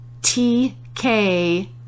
tk